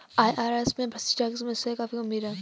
IRS में भ्रष्टाचार की समस्या काफी गंभीर है